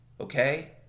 okay